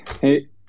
Hey